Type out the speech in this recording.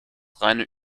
reine